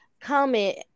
comment